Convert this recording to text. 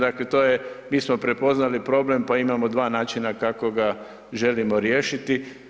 Dakle mi smo prepoznali problem pa imamo dva način kako ga želimo riješiti.